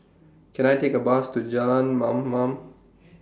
Can I Take A Bus to Jalan Mamam